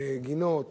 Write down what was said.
גינות,